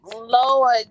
Lord